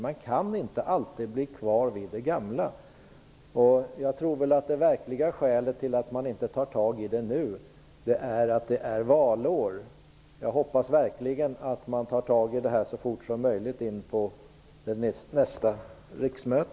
Man kan inte alltid bli kvar vid det gamla. Jag tror att det verkliga skälet till att man inte tar tag i detta nu är att det är valår. Jag hoppas verkligen att man tar tag i denna fråga så snart som möjligt under nästa riksmöte.